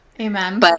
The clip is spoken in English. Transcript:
Amen